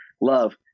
Love